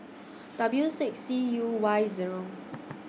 W six C U Y Zero